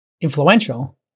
influential